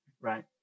right